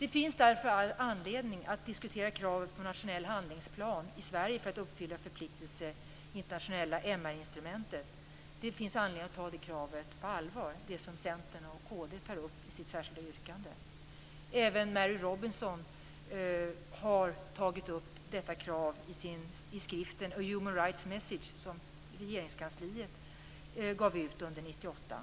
Det finns därför all anledning att diskutera kravet på en nationell handlingsplan i Sverige för att uppfylla förpliktelser i internationella MR-instrumentet. Det finns anledning att ta det krav som Centern och kd tar upp i sitt särskilda yrkande på allvar. Även Mary Robinson har tagit upp detta krav i skriften A Human Rights Message, som Regeringskansliet gav ut 1998.